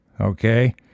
okay